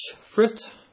fruit